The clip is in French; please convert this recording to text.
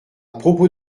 propos